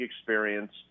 experience